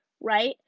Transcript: Right